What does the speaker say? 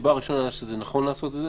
הסיבה הראשונה שזה נכון לעשות את זה,